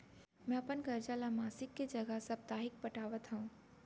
मै अपन कर्जा ला मासिक के जगह साप्ताहिक पटावत हव